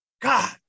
God